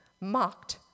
mocked